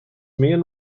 main